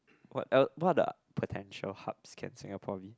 what el~ what other potential hubs can Singapore be